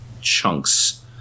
chunks